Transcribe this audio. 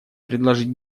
предложить